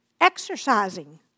exercising